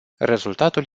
rezultatul